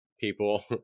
people